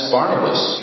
Barnabas